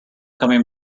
coming